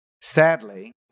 Sadly